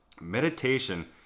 meditation